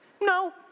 No